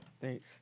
Thanks